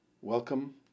welcome